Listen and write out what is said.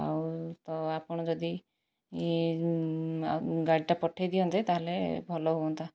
ଆଉ ତ ଆପଣ ଯଦି ଗାଡ଼ିଟା ପଠାଇ ଦିଅନ୍ତେ ତା'ହେଲେ ଭଲ ହୁଅନ୍ତା